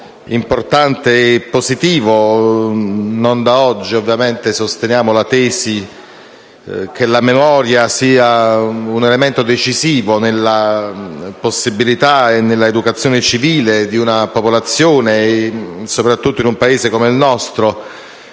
importante e positivo. Non da oggi sosteniamo la tesi che la memoria sia un elemento decisivo nell'educazione civile di una popolazione, soprattutto in un Paese come il nostro,